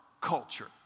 culture